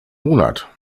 monat